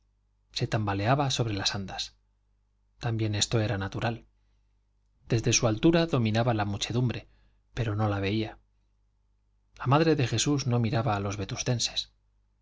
se tambaleaba sobre las andas también esto era natural desde su altura dominaba la muchedumbre pero no la veía la madre de jesús no miraba a los vetustenses don